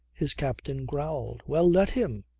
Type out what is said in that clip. his captain growled well, let him,